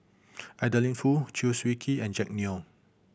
Adeline Foo Chew Swee Kee and Jack Neo